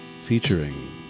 featuring